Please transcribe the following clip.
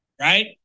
Right